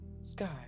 Sky